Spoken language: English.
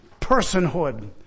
personhood